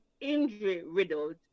injury-riddled